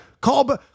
Call